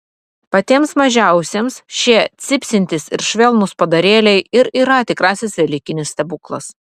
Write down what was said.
patiems mažiausiems šie cypsintys ir švelnūs padarėliai ir yra tikrasis velykinis stebuklas